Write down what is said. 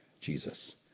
Jesus